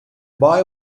boy